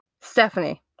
Stephanie